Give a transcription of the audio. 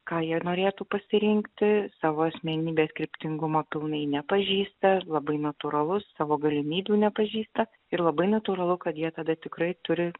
ką jie norėtų pasirinkti savo asmenybės kryptingumo pilnai nepažįsta labai natūralu savo galimybių nepažįsta ir labai natūralu kad jie tada tikrai turi